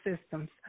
systems